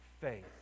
faith